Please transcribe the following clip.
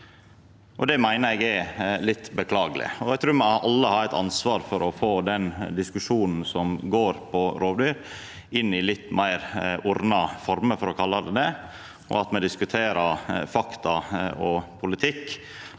Det meiner eg er litt beklageleg. Eg trur me alle har eit ansvar for å få den diskusjonen som dreier seg om rovdyr, inn i litt meir ordna former, for å kalla det det, at me diskuterer fakta og politikk,